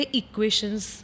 equations